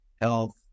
health